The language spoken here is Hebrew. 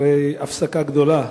אחרי הפסקה גדולה